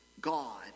God